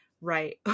Right